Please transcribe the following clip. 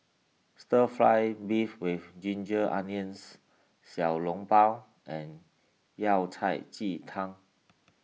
Stir Fry Beef with Ginger Onions Xiao Long Bao and Yao Cai Ji Tang